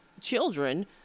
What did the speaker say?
children